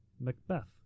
Macbeth